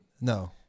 No